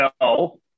No